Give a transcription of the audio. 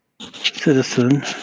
citizen